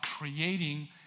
creating